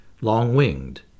long-winged